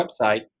website